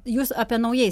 jūs apie naujai